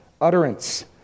utterance